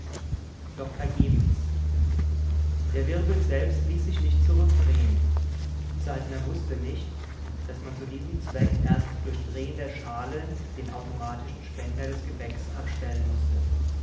doch vergebens der wirbel selbst ließ sich nicht zurückdrehen saltner wußte nicht daß man zu diesem zweck erst durch drehen der schale den automatischen spender des gebäcks abstellen mußte